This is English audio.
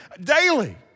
daily